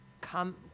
come